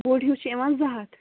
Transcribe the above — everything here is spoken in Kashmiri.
بوٚڑ ہیوٗ چھِ یِوان زٕ ہَتھ